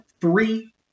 three